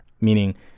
Meaning